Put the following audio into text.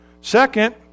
Second